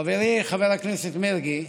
חברי חבר הכנסת מרגי,